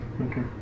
Okay